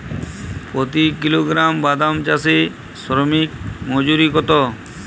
প্রতি কিলোগ্রাম বাদাম চাষে শ্রমিক মজুরি কত?